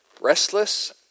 Restless